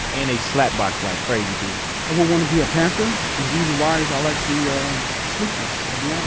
and they slap box like crazy too i would want to be a panther. and the reason why is i like the yeah um sleekness of the um